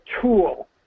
tool